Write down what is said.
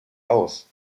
aus